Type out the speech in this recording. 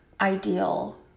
ideal